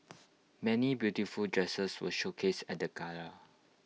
many beautiful dresses were showcased at the gala